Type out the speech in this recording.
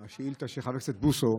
לשאילתה של חבר הכנסת בוסו.